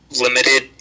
limited